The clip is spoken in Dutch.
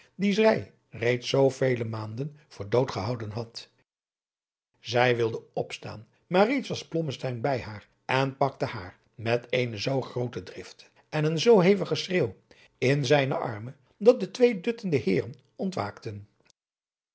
dien zij reeds zoovele maanden voor dood gehouden had zij wilde opstaan maar reeds was blommesteyn bij haar en pakte haar met eene zoo groote drift en een zoo hevigen schreeuw in zijne armen dat de adriaan loosjes pzn het leven van johannes wouter blommesteyn twee duttende heeren ontwaakten